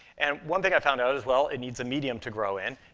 and one thing i found out as well, it needs a medium to grow in.